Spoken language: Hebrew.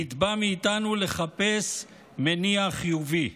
נתבע מאיתנו לחפש מניע חיובי.